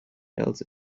else